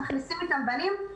שמכניסים איתם בנים לבית הספר,